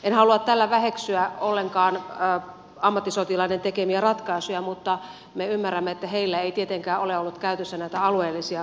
en halua tällä väheksyä ollenkaan ammattisotilaiden tekemiä ratkaisuja mutta me ymmärrämme että heillä ei tietenkään ole ollut käytössään näitä alueellisia vaikutuksia